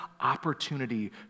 opportunity